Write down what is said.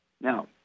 Now